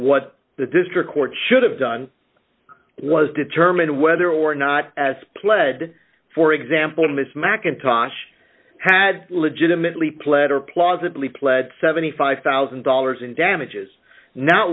what the district court should have done was determine whether or not as pled for example ms mcintosh had legitimately pled or plausibly pled seventy five thousand dollars in damages no